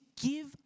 give